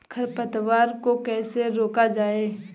खरपतवार को कैसे रोका जाए?